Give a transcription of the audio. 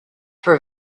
for